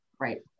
Right